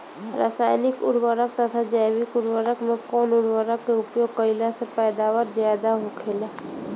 रसायनिक उर्वरक तथा जैविक उर्वरक में कउन उर्वरक के उपयोग कइला से पैदावार ज्यादा होखेला?